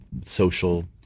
social